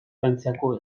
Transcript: frantziako